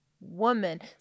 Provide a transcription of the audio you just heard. woman